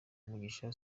mugisha